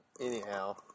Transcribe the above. Anyhow